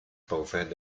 boven